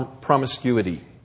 promiscuity